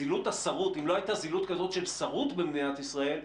זילות השרות אם לא הייתה זילות כזאת של שרות במדינת ישראל,